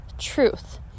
truth